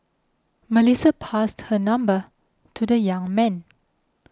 Melissa passed her number to the young man